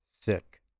sick